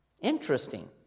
Interesting